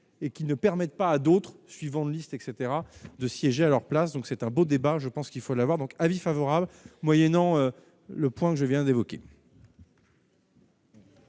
et qui ne permettent pas à d'autres suivant de liste, etc, de siéger à leur place, donc c'est un beau débat, je pense qu'il faut la voir donc avis favorable, moyennant le point que je viens d'évoquer.